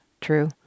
true